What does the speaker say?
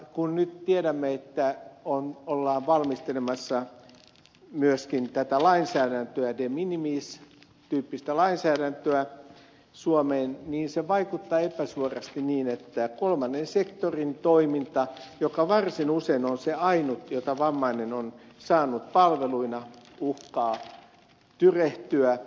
kun nyt tiedämme että ollaan valmistelemassa myöskin tätä de minimis tyyppistä lainsäädäntöä suomeen niin se vaikuttaa epäsuorasti niin että kolmannen sektorin toiminta joka varsin usein on se ainut jota vammainen on saanut palveluina uhkaa tyrehtyä